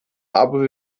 aber